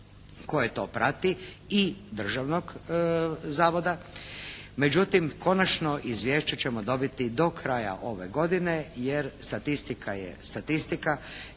koje to prati i Državnog zavoda međutim konačno izvješće ćemo dobiti do kraja ove godine jer statistika je statistika.